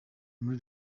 muri